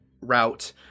route